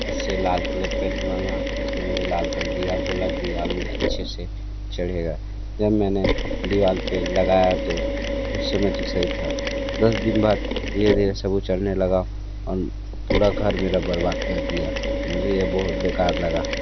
उससे लाल colour paint मांगा उसने मुझे लाल कलर दिया बोला दीवाल में अच्छे से चढ़ेगा जब मैंने दीवाल पे लगाया तो उस समय तो सही था दस दिन बाद धीरे धीरे सब उचड़ने लगा और पूरा घर मेरा बर्बाद कर दिया मुझे ये बहुत बेकार लगा